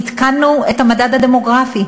עדכנו את המדד הדמוגרפי.